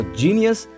genius